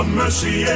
mercy